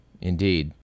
Indeed